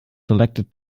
selected